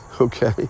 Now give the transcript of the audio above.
okay